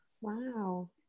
wow